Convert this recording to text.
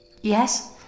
yes